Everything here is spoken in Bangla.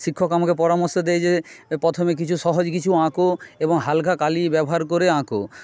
শিক্ষক আমাকে পরামর্শ দেয় যে প্রথমে কিছু সহজ কিছু আঁকো এবং হালকা কালি ব্যবহার করে আঁকো